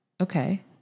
Okay